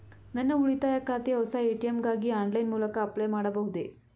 ನನ್ನ ಉಳಿತಾಯ ಖಾತೆಯ ಹೊಸ ಎ.ಟಿ.ಎಂ ಗಾಗಿ ಆನ್ಲೈನ್ ಮೂಲಕ ಅಪ್ಲೈ ಮಾಡಬಹುದೇ?